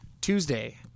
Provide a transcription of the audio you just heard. Tuesday